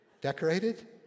Decorated